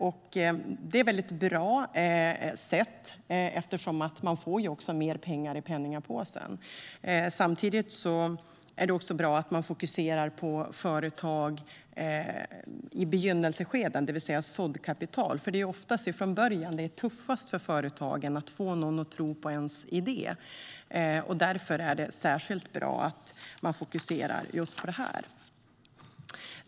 Det är ett väldigt bra sätt, eftersom man på det sättet får mer pengar i pengapåsen. Samtidigt är det bra att man fokuserar på företag i begynnelseskeden och deras behov av såddkapital, för det är oftast i början som det är tuffast för företagen att få någon att tro på ens idé. Därför är det särskilt bra att man fokuserar just på detta.